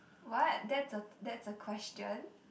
what that's a that's a question